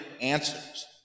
answers